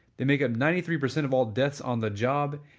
they make up ninety three percent of all deaths on the job.